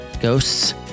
Ghosts